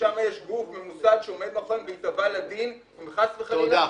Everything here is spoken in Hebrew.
תודה רבה.